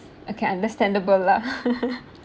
okay understandable lah